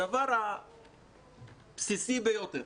הדבר הבסיסי ביותר.